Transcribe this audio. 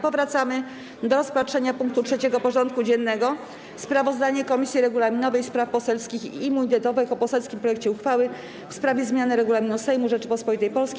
Powracamy do rozpatrzenia punktu 3. porządku dziennego: Sprawozdanie Komisji Regulaminowej, Spraw Poselskich i Immunitetowych o poselskim projekcie uchwały w sprawie zmiany Regulaminu Sejmu Rzeczypospolitej Polskiej.